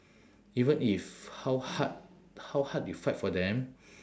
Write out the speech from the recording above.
even if how hard how hard you fight for them